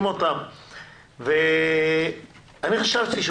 אני חשבתי,